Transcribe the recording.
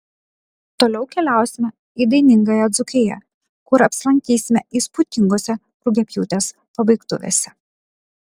toliau keliausime į dainingąją dzūkiją kur apsilankysime įspūdingose rugiapjūtės pabaigtuvėse